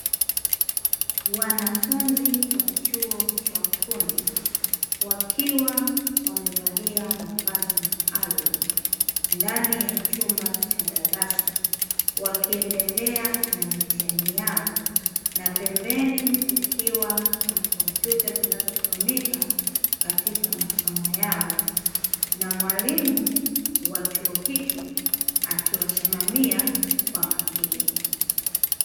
Wanafunzi wa chuo cha ufundi wakiwa wamevalia mavazi maalumu ndani ya chumba cha darasa wakiendelea na mitihani yao, na pembeni kukiwa na kompyuta zinazotumika katika masomo yao na mwalimu wa chuo hicho akiwasimamia kwa makini.